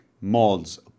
mods